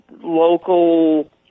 local